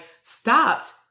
stopped